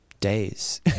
days